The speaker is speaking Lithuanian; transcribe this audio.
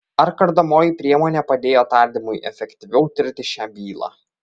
ar kardomoji priemonė padėjo tardymui efektyviau tirti šią bylą